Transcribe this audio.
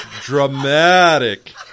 Dramatic